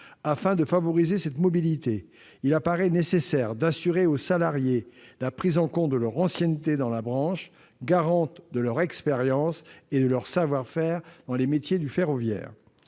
Afin de favoriser cette mobilité, il apparaît nécessaire d'assurer aux salariés la prise en compte de leur ancienneté dans la branche, garante de leur expérience et de leur savoir-faire dans les métiers du ferroviaire.